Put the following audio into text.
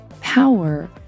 power